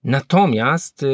Natomiast